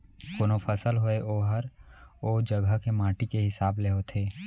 कोनों फसल होय ओहर ओ जघा के माटी के हिसाब ले होथे